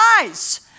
eyes